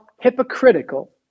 hypocritical